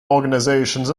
organizations